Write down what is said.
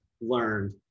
learned